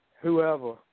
Whoever